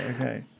okay